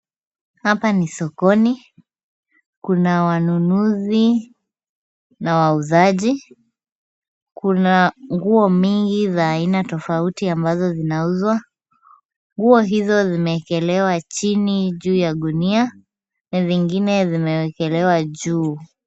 Hapa ni sokoni. Kuna wanunuzi na wauzaji. Kuna nguo nyingi za aina tofauti ambazo zinauzwa. Nguo hizo zimewekelewa chini, juu ya gunia na ziingine zimewekelewa juu.